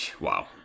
Wow